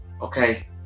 okay